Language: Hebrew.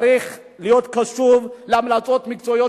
הוא צריך להיות קשוב להמלצות מקצועיות